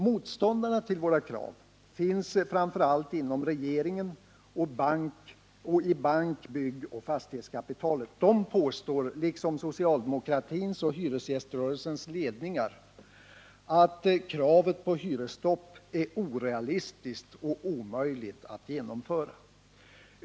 Motståndarna till våra krav finns framför allt inom regeringen och hos bank-, byggoch fastighetskapitalet. Liksom socialdemokratins och hyresgäströrelsens ledningar påstår de att kravet på hyresstopp är orealistiskt och omöjligt att genomföra.